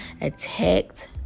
attacked